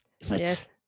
Yes